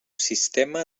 sistema